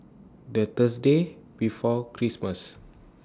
The Thursday before Christmas